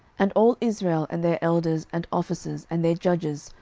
and all israel, and their elders, and officers, and their judges,